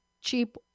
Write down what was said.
cheap